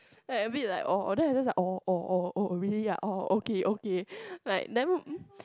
then I a bit like orh then i just like orh orh really ah orh okay okay like then